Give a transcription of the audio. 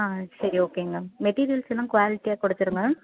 ஆ சரி ஓகேங்க மெட்டீரியல்ஸ் எல்லாம் குவாலிட்டியாக கொடுத்துடுங்க